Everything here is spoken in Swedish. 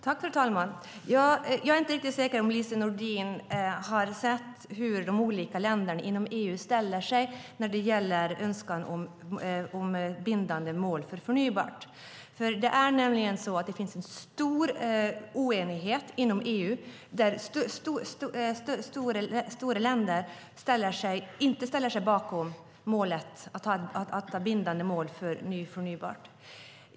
Fru talman! Jag är inte helt säker på att Lise Nordin sett hur de olika länderna inom EU ställer sig när det gäller önskan om bindande mål för förnybar energi. Det finns nämligen stor oenighet inom EU där stora länder inte ställer sig bakom förslaget om bindande mål för förnybar energi.